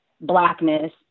Blackness